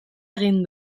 egin